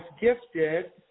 gifted